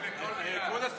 ודאי, לכל מילה.